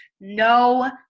no